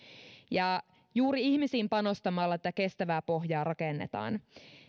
juuri ihmisiin panostamalla tätä kestävää pohjaa rakennetaan